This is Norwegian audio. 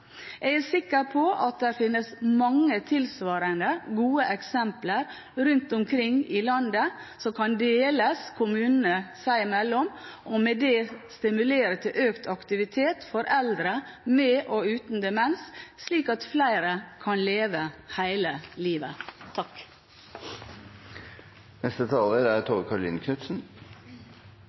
Jeg er sikker på at der finnes mange tilsvarende gode eksempler rundt omkring i landet, som kan deles kommunene imellom, og med det stimulere til økt aktivitet for eldre med og uten demens, slik at flere kan leve hele livet.